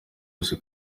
yose